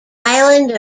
island